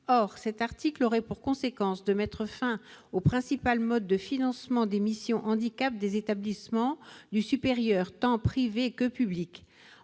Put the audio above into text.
Or celui-ci aurait pour conséquence de mettre fin au principal mode de financement des missions « handicap » des établissements d'enseignement supérieur, tant privés que publics.